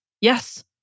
yes